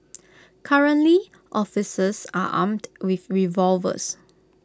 currently officers are armed with revolvers